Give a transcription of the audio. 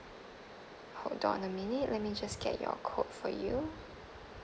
hold on a minute let me just get your quote for you